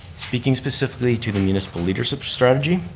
speaking specifically to the municipal leadership strategy,